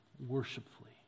Worshipfully